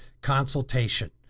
consultation